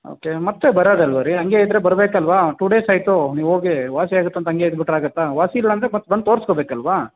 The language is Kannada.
ಓಕೆ ಮತ್ತೆ ಬರೋದಲ್ವ ರೀ ಹಂಗೇ ಇದ್ರೆ ಬರಬೇಕಲ್ವಾ ಟು ಡೇಸ್ ಆಯ್ತು ನೀವೋಗಿ ವಾಸಿ ಆಗುತ್ತೆಂತ ಹಂಗೇ ಇದ್ಬಿಟ್ರೆ ಆಗುತ್ತಾ ವಾಸಿ ಇಲ್ಲಾಂದ್ರೆ ಮತ್ತೆ ಬಂದು ತೋರಿಸ್ಕೋಬೇಕಲ್ವ